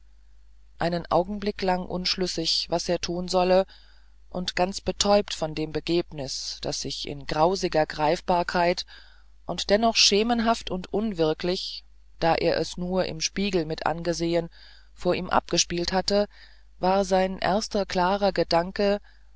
einen augenblick lang unschlüssig was er tun solle und ganz betäubt von dem begebnis das sich in grausiger greifbarkeit und dennoch schemenhaft und unwirklich da er es nur im spiegel mit angesehen vor ihm abgespielt hatte war sein erster klarer gedanke